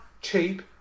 cheap